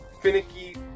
finicky